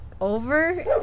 over